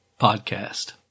Podcast